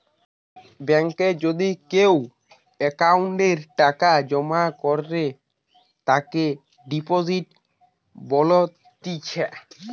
বেঙ্কে যদি কেও অ্যাকাউন্টে টাকা জমা করে তাকে ডিপোজিট বলতিছে